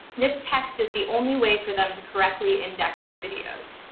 this text is the only way for them to correctly index your videos.